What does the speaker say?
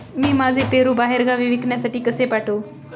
मी माझे पेरू बाहेरगावी विकण्यासाठी कसे पाठवू?